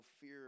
fear